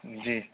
جی